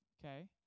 Okay